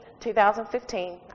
2015